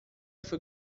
foi